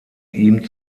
ihm